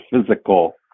physical